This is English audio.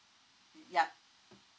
yup